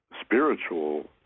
spiritual